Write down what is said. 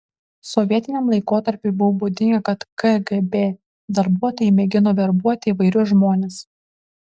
sovietiniam laikotarpiui buvo būdinga kad kgb darbuotojai mėgino verbuoti įvairius žmones